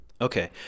Okay